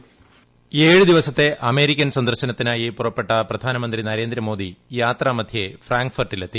voice ഏഴ് ദിവസത്തെ American സന്ദർശനത്തിനായി പുറപ്പെട്ട പ്രധാനമന്ത്രി നരേന്ദ്രമോദി യാത്രാമധ്യേ ഫ്രാങ്ക്ഫർട്ടിൽ എത്തി